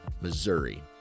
missouri